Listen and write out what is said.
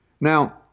now